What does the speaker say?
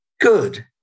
good